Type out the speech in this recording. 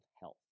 health